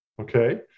okay